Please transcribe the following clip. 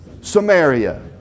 Samaria